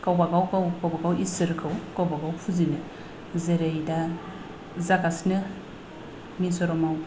गावबा गाव गाव गावबा गाव इसोरखौ गावबा गाव फुजिनो जेरै दा जागासिनो मिज'रामाव